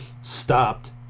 stopped